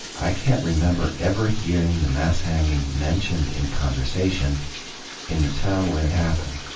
i can't remember ever hearing the mass hanging mentioned in conversation in the town where it happened.